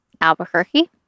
Albuquerque